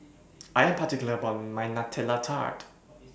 I Am particular about My Nutella Tart